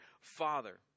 Father